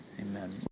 Amen